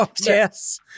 Yes